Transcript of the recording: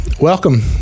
welcome